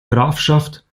grafschaft